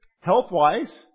Health-wise